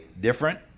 different